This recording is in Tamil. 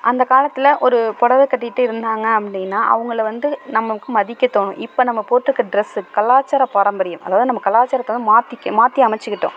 அந்த காலத்தில் ஒரு பொடவை கட்டிகிட்டு இருந்தாங்க அப்படினா அவங்கள வந்து நமக்கு மதிக்க தோணும் இப்போ நம்ம போட்டிருக்குற டிரஸ் கலாச்சார பாரம்பரியம் அதாவது நம்ம கலாச்சாரத்தை வந்து மாற்றிக்க மாற்றி அமைச்சுக்கிட்டோம்